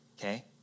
Okay